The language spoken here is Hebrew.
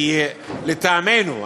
כי לטעמנו,